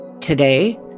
Today